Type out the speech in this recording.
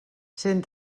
cent